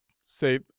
say